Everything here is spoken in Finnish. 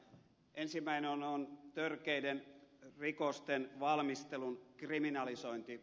ensimmäinen on törkeiden rikosten valmistelun kriminalisointi